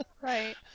Right